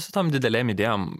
su tom didelėm idėjom